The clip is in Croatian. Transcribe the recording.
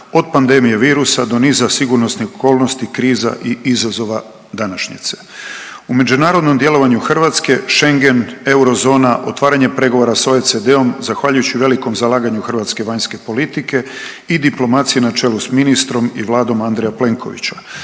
od pandemije virusa do niza sigurnosnih okolnosti, kriza i izazova današnjice. U međunarodnom djelovanju Hrvatske schengen, euro zona, otvaranje pregovora s OECD-om zahvaljujući velikom zalaganju hrvatske vanjske politike i diplomacije na čelu sa ministrom i Vladom Andreja Plenkovića.